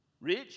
Rich